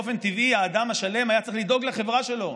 באופן טבעי, האדם השלם היה צריך לדאוג לחברה שלו.